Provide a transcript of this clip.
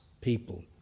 people